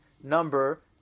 number